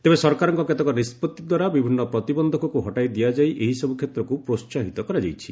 ତେବେ ସରକାରଙ୍କ କେତେକ ନିଷ୍ପଭି ଦ୍ୱାରା ବିଭିନ୍ନ ପ୍ରତିବନ୍ଧକକୁ ହଟାଇ ଦିଆଯାଇ ଏହି ସବୁ କ୍ଷେତ୍ରକୁ ପ୍ରୋସ୍ଥାହିତ କରାଯାଇଛି